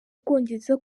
bwongereza